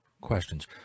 questions